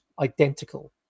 identical